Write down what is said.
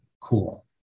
cool